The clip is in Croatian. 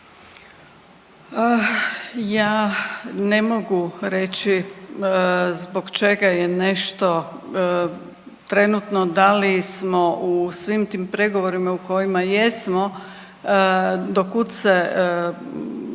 Ja ne mogu reći zbog čega je nešto trenutno da li smo u svim tim pregovorima u kojima jesmo, do kud se